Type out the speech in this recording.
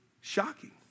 Shocking